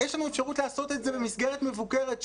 יש לנו אפשרות לעשות את זה במסגרת מבוקרת,